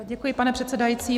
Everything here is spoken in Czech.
Děkuji, pane předsedající.